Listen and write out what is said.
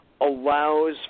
allows